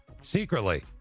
secretly